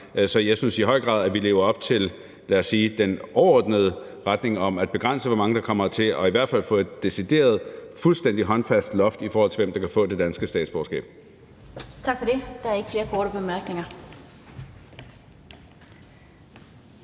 Så jeg synes i høj grad, at vi lever op til, lad os sige den overordnede retning om at begrænse, hvor mange der kommer hertil, og i hvert fald at få et decideret, fuldstændig håndfast loft, i forhold til hvem der kan få det danske statsborgerskab. Kl. 15:23 Den fg. formand